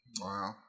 Wow